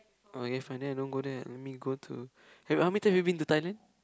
oh K fine then I don't go there let me go to wait how many time have you been to Thailand